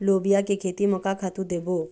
लोबिया के खेती म का खातू देबो?